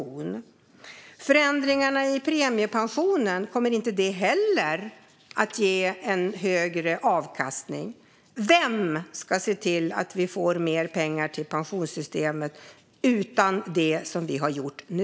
Kommer inte heller förändringarna i premiepensionen att ge en högre avkastning? Vem ska se till att vi får mer pengar till pensionssystemet utan det som vi har gjort nu?